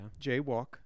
Jaywalk